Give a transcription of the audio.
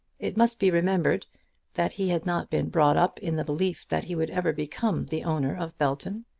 it must be remembered that he had not been brought up in the belief that he would ever become the owner of belton.